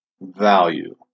value